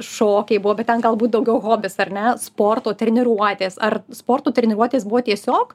šokiai buvo bet ten galbūt daugiau hobis ar ne sporto treniruotės ar sporto treniruotės buvo tiesiog